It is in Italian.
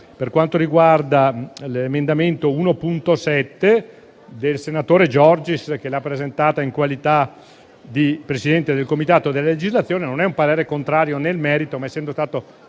per quanto riguarda l'emendamento 1.7, del senatore Giorgis, che l'ha presentato in qualità di Presidente del Comitato per la legislazione. Non è un parere contrario nel merito, ma essendo stato